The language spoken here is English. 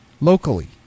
locally